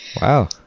Wow